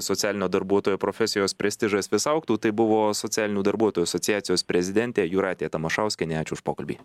socialinio darbuotojo profesijos prestižas vis augtų tai buvo socialinių darbuotojų asociacijos prezidentė jūratė tamašauskienė ačiū už pokalbį